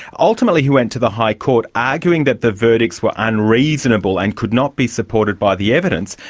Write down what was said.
ultimately he went to the high court arguing that the verdicts were unreasonable and could not be supported by the evidence.